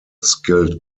skilled